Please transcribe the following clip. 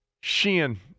Sheehan